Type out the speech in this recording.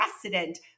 precedent